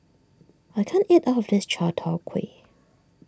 I can't eat all of this Chai Tow Kuay